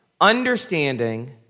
understanding